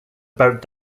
about